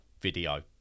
video